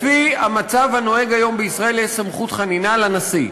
לפי המצב הנוהג היום בישראל יש סמכות חנינה לנשיא.